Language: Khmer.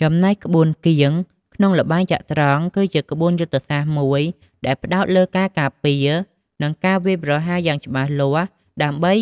ចំណែក ក្បួនគៀង ក្នុងល្បែងចត្រង្គ គឺជាក្បួនយុទ្ធសាស្ត្រមួយដែលផ្តោតលើការពារ និងការវាយប្រហារយ៉ាងច្បាស់លាស់ ដើម្បី